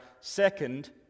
second